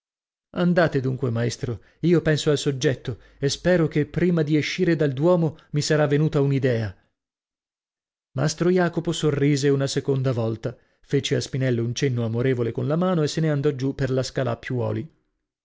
andate dunque maestro io penso al soggetto e spero che prima di escire dal duomo mi sarà venuta un'idea mastro jacopo sorrise una seconda volta fece a spinello un cenno amorevole con la mano e se ne andò giù per la scala a piuoli